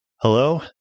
Hello